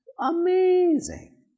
Amazing